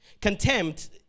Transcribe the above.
Contempt